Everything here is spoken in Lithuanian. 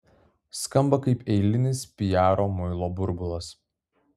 skamba kaip eilinis piaro muilo burbulas